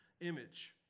image